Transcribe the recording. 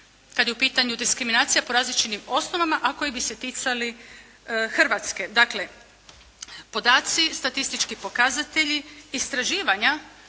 kada je u pitanju diskriminacija po različitim osnovama a koji bi se ticali Hrvatske. Dakle, podaci, statistički pokazatelji, istraživanja